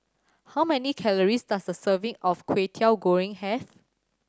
how many calories does a serving of Kwetiau Goreng have